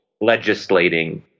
legislating